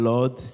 Lord